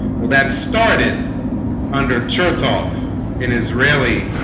well that started under chertoff in israeli